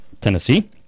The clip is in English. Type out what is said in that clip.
tennessee